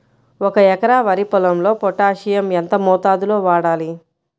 ఒక ఎకరా వరి పొలంలో పోటాషియం ఎంత మోతాదులో వాడాలి?